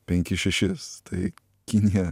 penkis šešis tai kinija